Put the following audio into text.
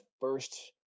first